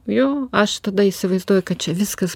jo aš tada įsivaizduoju kad čia viskas